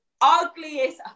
ugliest